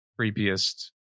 creepiest